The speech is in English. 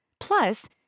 Plus